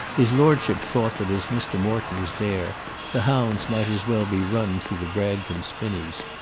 his lordship thought that as mr. morton was there the hounds might as well be run through the bragton spinnies.